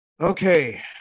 Okay